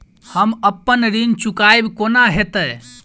हम अप्पन ऋण चुकाइब कोना हैतय?